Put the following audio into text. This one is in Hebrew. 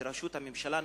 בראשות הממשלה הנוכחית,